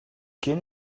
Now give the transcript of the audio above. can